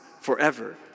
forever